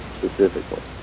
Specifically